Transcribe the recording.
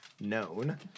known